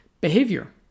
behavior